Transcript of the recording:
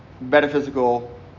metaphysical